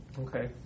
Okay